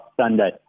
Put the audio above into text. Sunday